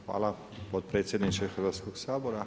Hvala potpredsjedniče Hrvatskog sabora.